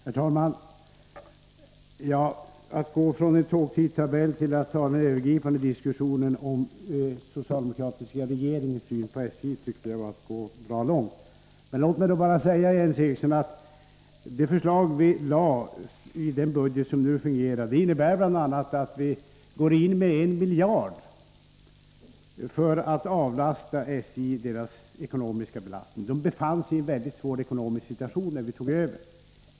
Herr talman! Att från tågtidtabellerna övergå till att föra en övergripande diskussion om den socialdemokratiska regeringens syn på SJ tycker jag är att gå bra långt. Det förslag vi lade fram i den nuvarande budgeten innebär bl.a. att vi går in med en miljard kronor för att avlasta SJ:s ekonomi. SJ befann sig i en mycket svår ekonomisk situation när vi tog över.